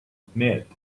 admit